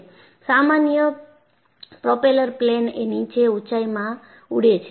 સામાન્ય propeller plane એ નીચે ઊંચાઈમાં ઉડે છે